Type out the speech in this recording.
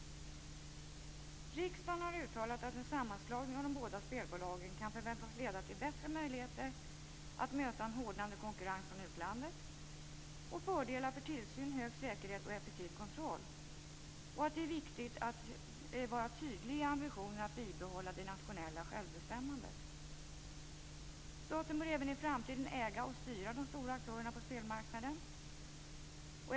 Riksdagen har uttalat att en sammanslagning av de båda spelbolagen kan förväntas leda till bättre möjligheter att möta en hårdnande konkurrens från utlandet och fördelar för tillsyn, hög säkerhet och effektiv kontroll. Det är viktigt att vara tydlig i ambitionen att bibehålla det nationella självbestämmandet. Staten bör även i framtiden äga och styra de stora aktörerna på spelmarknaden.